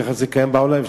ככה זה קיים בעולם,